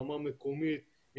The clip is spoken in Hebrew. רמה מקומית,